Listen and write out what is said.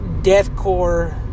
deathcore